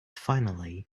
finally